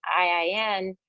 IIN